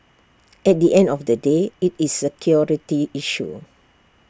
at the end of the day IT is A security issue